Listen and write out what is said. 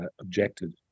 objected